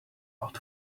old